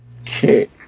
Okay